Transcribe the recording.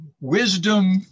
Wisdom